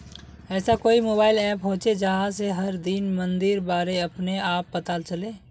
ऐसा कोई mobile app होचे जहा से हर दिन मंडीर बारे अपने आप पता चले?